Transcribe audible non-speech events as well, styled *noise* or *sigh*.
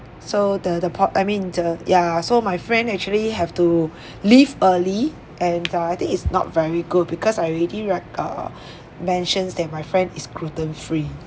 so the the pork I mean the ya so my friend actually have to *breath* leave early and ah I think is not very good because I already right err mentions that my friend is gluten free